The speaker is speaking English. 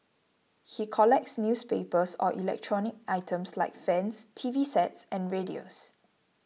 he collects newspapers or electronic items like fans T V sets and radios